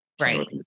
Right